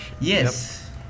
yes